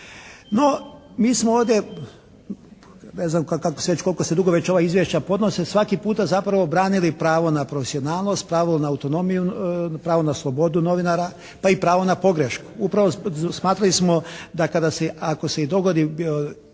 No mi smo ovdje, ne znam koliko se dugo već ova izvješća podnose, svaki puta zapravo branili pravo na profesionalnost, pravo na autonomiju, pravo na slobodu novinara pa i pravo na pogrešku. Upravo smatrali smo da kada se, ako se i dogodi